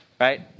right